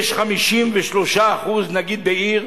יש בעיר